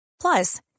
Plus